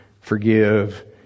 forgive